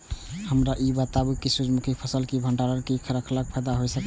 हमरा ई बतायल जाए जे सूर्य मुखी केय फसल केय भंडारण केय के रखला सं फायदा भ सकेय छल?